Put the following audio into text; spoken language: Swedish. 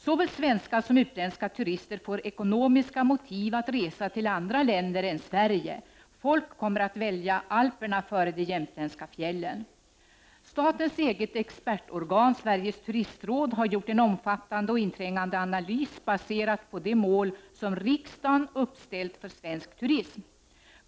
Såväl svenska som utländska turister får ekonomiska motiv att resa till andra länder än Sverige. Folk kommer att välja Alperna före de jämtländska fjällen. Statens eget expertorgan, Sveriges turistråd, har gjort en omfattande och inträngande analys, baserad på de mål som riksdagen uppställt för svensk turism.